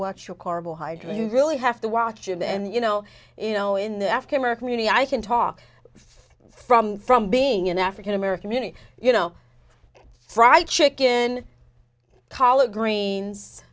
watch your carbohydrate you really have to watch him and you know you know in the african american unit i can talk from from being an african american unit you know fried chicken collard greens